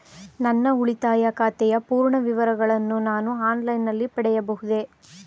ನನ್ನ ಉಳಿತಾಯ ಖಾತೆಯ ಪೂರ್ಣ ವಿವರಗಳನ್ನು ನಾನು ಆನ್ಲೈನ್ ನಲ್ಲಿ ಪಡೆಯಬಹುದೇ?